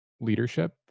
leadership